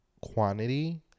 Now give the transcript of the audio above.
quantity